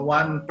one